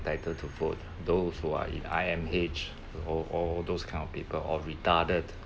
entitled to vote those who are in I_M_H all all those kind of people or retarded